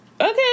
okay